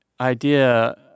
idea